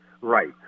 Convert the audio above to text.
Right